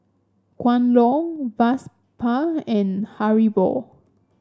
Kwan Loong Vespa and Haribo